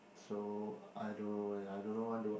so I don't know leh I don't want to